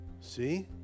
See